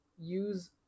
use